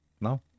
No